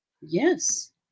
Yes